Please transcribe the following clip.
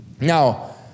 Now